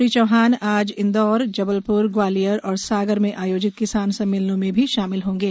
श्री चौहान आज इंदौर जबलप्र ग्वालियर और सागर में आयोजित किसान सम्मेलनों में भी शामिल होंगे